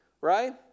right